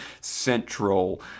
central